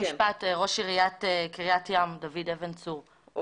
ראש עיריית קריית ים ביקש לדבר.